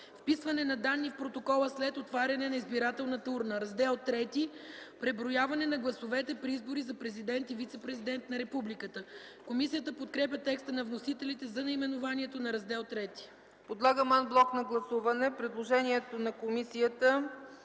„Вписване на данни в протокола след отваряне на избирателната урна”. „Раздел ІІІ – Преброяване на гласовете при избори за президент и вицепрезидент на републиката”. Комисията подкрепя текста на вносителите за наименованието на Раздел ІІІ. ПРЕДСЕДАТЕЛ ЦЕЦКА ЦАЧЕВА: Подлагам ан блок на гласуване предложението на комисията